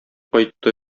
кайтты